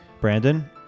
Brandon